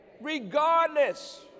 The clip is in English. regardless